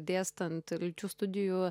dėstant ir lyčių studijų